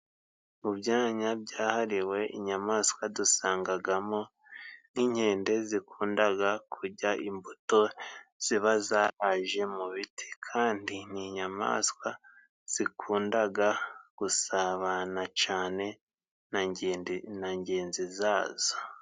Mu byanya byahariwe inyamaswa dusangagamo nk'inkende zikundaga kurya imbuto ziba zahaje mu biti ,kandi n'inyamaswa zikundaga gusabana cane na ngenzi zazo.